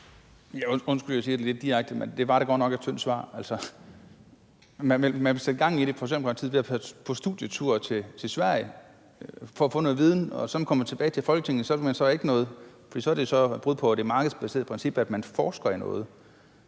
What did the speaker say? Undskyld, at jeg siger det lidt direkte, men det var da godt nok et tyndt svar. Man vil fra Socialdemokratiets side sætte gang i det ved at tage på studietur til Sverige for at få noget viden, og når man så kommer tilbage til Folketinget, vil man ikke noget, fordi det så er et brud på det markedsbaserede princip, at der forskes i noget.